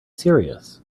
serious